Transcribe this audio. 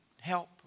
help